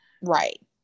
Right